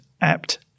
apt